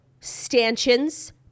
stanchions